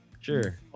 sure